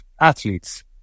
athletes